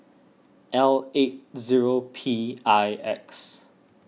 L eight zero P I X